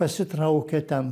pasitraukė ten